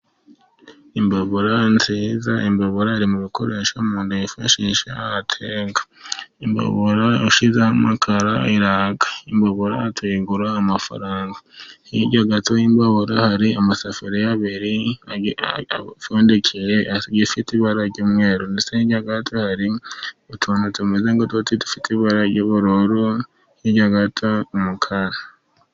Imbabura nziza. Imbabura iri mu bikoresha umuntu yifashisha ateka. Imbabura ushyize ho amakara iraka. Imbabura tuyigura amafaranga. Hirya gato y'imbabura hari amasafuriya abiri apfundikiye afite ibara ry'umweruri, ndetse hirya gato hari utuntu tumeze nk'uduti dufite ibara ry'ubururu, hirya gato umukara.